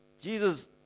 Jesus